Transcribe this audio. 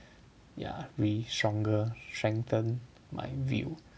yeah re~ stronger strengthen my view